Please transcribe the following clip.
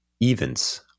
events